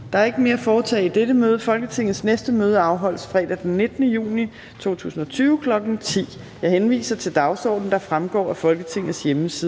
Der er ikke mere at foretage i dette møde. Folketingets næste møde afholdes fredag den 19. juni 2020, kl. 10.00. Jeg henviser til dagsordenen, der fremgår af Folketingets hjemmeside.